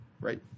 right